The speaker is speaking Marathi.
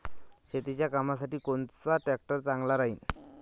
शेतीच्या कामासाठी कोनचा ट्रॅक्टर चांगला राहीन?